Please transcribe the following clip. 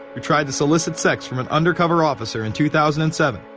who tried to solicit sex from an undercover officer in two thousand and seven.